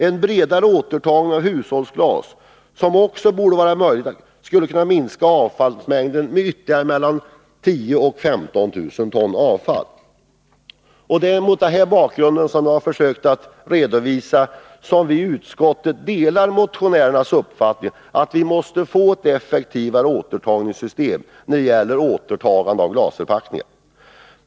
En bredare återtagning av hushållsglas, som också borde vara möjlig, skulle kunna minska avfallsmängden med ytterligare 10 000-15 000 ton glasavfall. Det är mot den bakgrund som jag har försökt redovisa som vi i utskottet delar motionärernas uppfattning att vi måste få effektivare återtagningssystem för glasförpackningar.